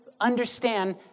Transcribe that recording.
understand